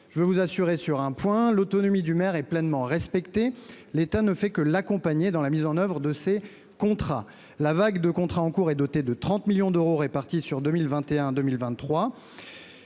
Je veux vous rassurer sur un point : l'autonomie du maire est pleinement respectée, l'État ne faisant que l'accompagner dans la mise en oeuvre de ces contrats. La vague de contrats en cours est dotée de 30 millions d'euros répartis sur la